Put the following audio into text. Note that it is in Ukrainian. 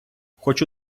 хочу